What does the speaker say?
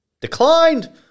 declined